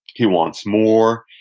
he wants more.